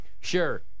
Sure